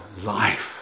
life